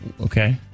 okay